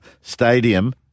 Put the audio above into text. Stadium